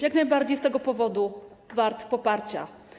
Jak najbardziej z tego powodu jest wart poparcia.